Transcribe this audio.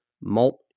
Malt